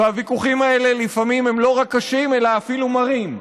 והוויכוחים האלה לפעמים הם לא רק קשים אלא אפילו מרים.